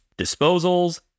disposals